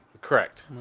Correct